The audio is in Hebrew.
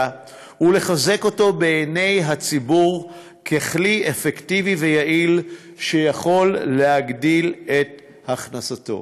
ולחזק אותו בעיני הציבור ככלי אפקטיבי ויעיל שיכול להגדיל את הכנסתו.